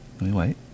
wait